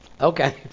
Okay